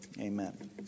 Amen